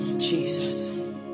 Jesus